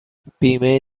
بیمه